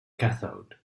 cathode